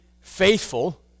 faithful